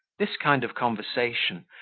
this kind of conversation,